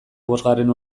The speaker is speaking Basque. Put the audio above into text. bosgarren